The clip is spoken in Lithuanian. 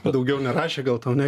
bet daugiau nerašė gal tau ne